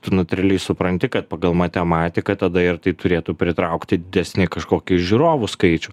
tu natūraliai supranti kad pagal matematiką tada ir tai turėtų pritraukti didesnį kažkokį žiūrovų skaičių